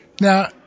Now